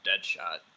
Deadshot